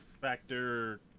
factor